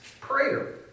prayer